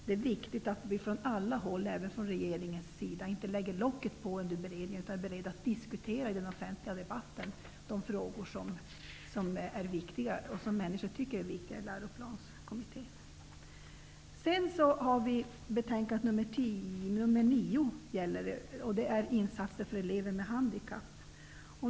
Det är viktigt att vi från alla håll, även från regeringens sida, inte lägger locket på under beredningen, utan är beredda att diskutera i den offentliga debatten de frågor som människor tycker är viktiga i Sedan gäller det betänkande nr 9 om insatser för elever med handikapp.